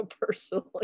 personally